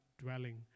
dwelling